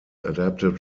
adapted